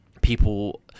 people